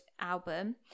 album